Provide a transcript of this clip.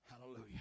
Hallelujah